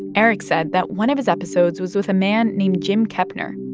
eric said that one of his episodes was with a man named jim kepner.